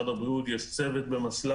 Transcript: זה לא פקיד כלשהו במשרד הבריאות.